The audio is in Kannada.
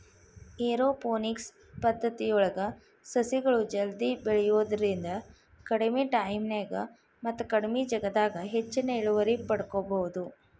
ಏರೋಪೋನಿಕ್ಸ ಪದ್ದತಿಯೊಳಗ ಸಸಿಗಳು ಜಲ್ದಿ ಬೆಳಿಯೋದ್ರಿಂದ ಕಡಿಮಿ ಟೈಮಿನ್ಯಾಗ ಮತ್ತ ಕಡಿಮಿ ಜಗದಾಗ ಹೆಚ್ಚಿನ ಇಳುವರಿ ಪಡ್ಕೋಬೋದು